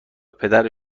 پدر